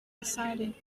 decided